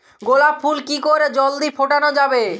গোলাপ ফুল কি করে জলদি ফোটানো যাবে?